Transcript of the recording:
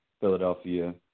Philadelphia